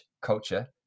culture